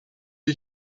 wie